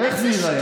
הרי איך זה ייראה?